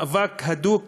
מאבק הדוק,